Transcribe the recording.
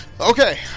okay